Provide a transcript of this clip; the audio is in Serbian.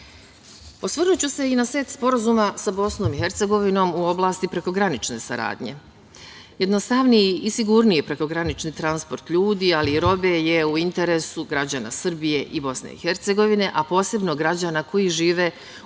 obuke. Osvrnuću se i na set sporazuma sa Bosnom i Hercegovinom u oblasti prekogranične saradnje. Jednostavniji i sigurniji prekogranični transport ljudi, ali i robe je u interesu građana Srbije i Bosne i Hercegovine, a posebno građana koji žive u pograničnom području